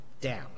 down